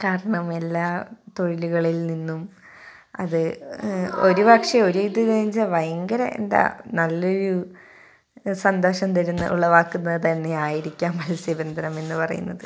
കാരണം എല്ലാ തൊഴിലുകളിൽ നിന്നും അത് ഒരുപക്ഷെ ഒരു ഇത് കഴിഞ്ഞാൽ ഭയങ്കര എന്താണ് നല്ല ഒരു സന്തോഷം തരുന്നു ഉളവാക്കുന്നത് തന്നെയായിരിക്കാം മത്സ്യബന്ധനം എന്നു പറയുന്നത്